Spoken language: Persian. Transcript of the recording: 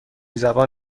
زبان